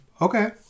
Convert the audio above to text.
Okay